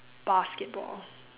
basketball